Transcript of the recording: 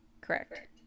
Correct